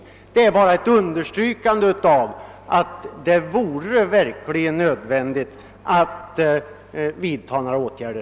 Det understryker vår åsikt att det verkligen är nödvändigt att vidta åtgärder.